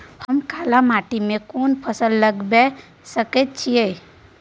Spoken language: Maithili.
हम काला माटी में कोन फसल लगाबै सकेत छी?